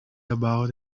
about